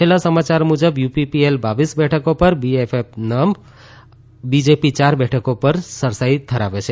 છેલ્લા સમાચાર મુજબ યુપીપીએલ બાવીસ બેઠકો પર બીપીએફ નવ અને બીજેપી ચાર બેઠકો પર સરસાઇ ધરાવે છે